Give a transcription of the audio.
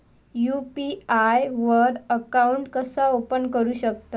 UPI वर account कसा open करू शकतव?